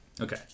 Okay